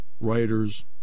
writers